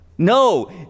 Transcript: No